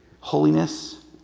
holiness